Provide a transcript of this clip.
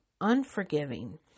unforgiving